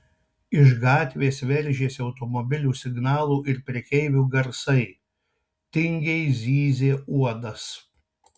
iš gatvės veržėsi automobilių signalų ir prekeivių garsai tingiai zyzė uodas